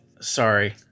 sorry